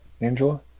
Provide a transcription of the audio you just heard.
Angela